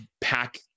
pack